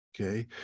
okay